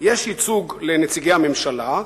יש ייצוג לנציגי המממשלה,